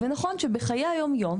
ונכון שבחיי היום יום,